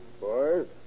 Boys